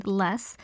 less